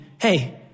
hey